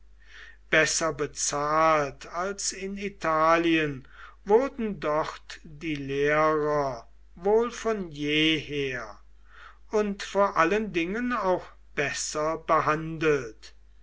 besser bezahlt als in italien wurden dort die lehrer wohl von jeher und vor allen dingen auch besser behandelt